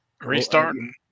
restarting